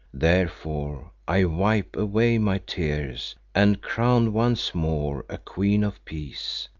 therefore i wipe away my tears and, crowned once more a queen of peace,